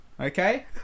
Okay